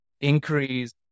increase